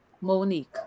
Monique